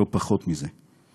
לא פחות מזה.